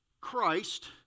Christ